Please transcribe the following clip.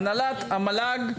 הנהלת המל"ג,